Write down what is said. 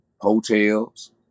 Hotels